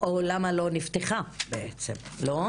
או למה היא לא נפתחה, לא?